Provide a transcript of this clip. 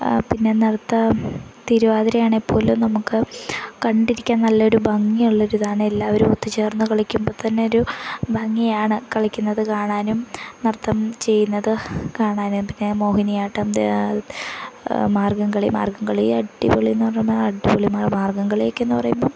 പിന്നെ തിരുവാതിരയാണെങ്കില്പ്പോലും നമുക്ക് കണ്ടിരിക്കാൻ നല്ലൊരു ഭംഗിയുള്ളൊരിതാണ് എല്ലാവരും ഒത്തുചേർന്ന് കളിക്കുമ്പോള് തന്നെ ഒരു ഭംഗിയാണ് കളിക്കുന്നത് കാണാനും നൃത്തം ചെയ്യുന്നത് കാണാനും പിന്നെ മോഹിനിയാട്ടം മാർഗ്ഗംകളി മാർഗ്ഗംകളി അടിപൊളിയെന്ന് പറഞ്ഞുകഴിഞ്ഞാല് അടിപൊളി മാർഗ്ഗം കളിയെന്നൊക്കെ പറയുമ്പോള്